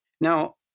Now